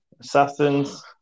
Assassins